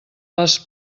les